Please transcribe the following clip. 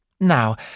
Now